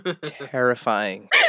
Terrifying